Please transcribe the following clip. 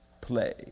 play